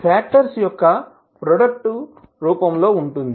factors యొక్క product రూపంలో ఉంటుంది